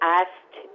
asked